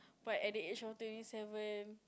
but at the age of twenty seven